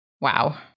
Wow